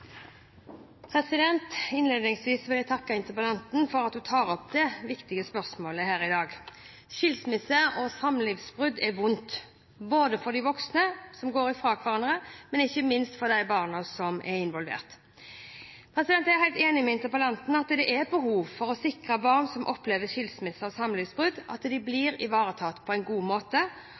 Innledningsvis vil jeg takke interpellanten for at hun tar opp dette viktige spørsmålet her i dag. Skilsmisse og samlivsbrudd er vondt, både for de voksne som går fra hverandre, og ikke minst for de barna som er involvert. Jeg er helt enig med interpellanten i at det er behov for å sikre at barn som opplever skilsmisse og samlivsbrudd, blir ivaretatt på en god måte.